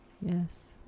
Yes